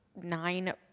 Nine